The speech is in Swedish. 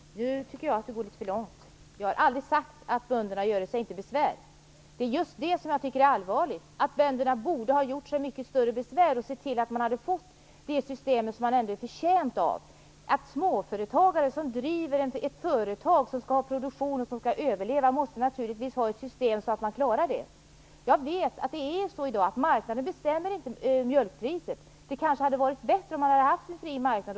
Herr talman! Nej, nu tycker jag att Lennart Brunander går för långt. Jag har aldrig sagt att bönderna inte skall göra sig något besvär. Bönderna borde i stället ha gjort sig mycket större besvär och sett till att få det system som de är förtjänta av. Småföretagare som driver en verksamhet som skall producera och överleva måste naturligtvis ingå i ett system som klarar detta. I dag bestämmer inte marknaden mjölkpriset. Det hade kanske varit bättre om man hade haft en fri marknad.